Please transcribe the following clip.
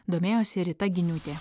domėjosi rita giniūtė